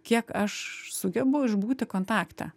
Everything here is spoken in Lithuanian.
kiek aš sugebu išbūti kontakte